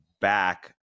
back